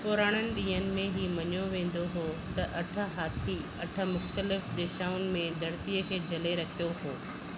पुराणनि डीं॒हनि में ही मञियो वेंदो हो त अठ हाथी अठ मुख़्तलिफ़ु दिशाउनि में धरती खे झले रखियो हो